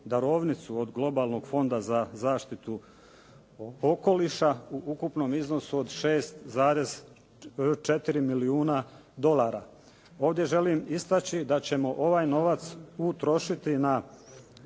od Globalnog fonda za zaštitu okoliša u ukupnom iznosu od 6,4 milijuna dolara. Ovdje želim istaći da ćemo ovaj novac utrošiti na